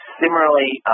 similarly